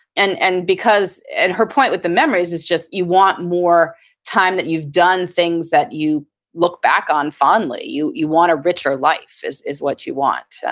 and and because, and her point with the memories is just you want more time that you've done things that you look back on fondly. you you want a richer life is is what you want.